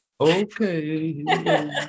Okay